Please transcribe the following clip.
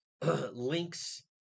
links